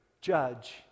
judge